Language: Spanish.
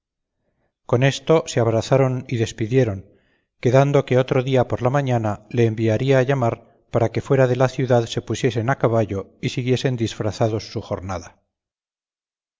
con esto se abrazaron y despidieron quedando que otro día por la mañana le enviaría a llamar para que fuera de la ciudad se pusiesen a caballo y siguiesen disfrazados su jornada